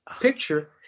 picture